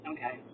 Okay